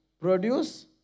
produce